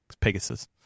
Pegasus